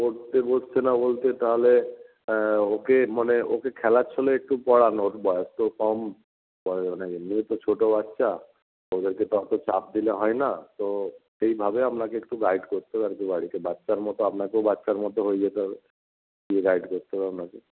পড়তে বসছে না বলতে তাহলে ওকে মানে ওকে খেলার ছলে একটু পড়ান ওর বয়স তো কম এমনিও তো ছোটো বাচ্চা ওদেরকে তো অতো চাপ দিলে হয় না তো সেইভাবে আপনাকে একটু গাইড করতে হবে আর কি বাড়িতে বাচ্চার মতো আপনাকেও বাচ্চার মতো হয়ে যেতে হবে দিয়ে গাইড করতে হবে আপনাকে